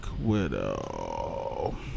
Widow